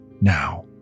now